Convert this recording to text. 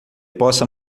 possa